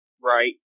Right